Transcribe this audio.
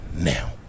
now